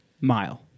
mile